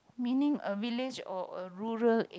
meaning a village or a rural area